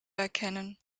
erkennen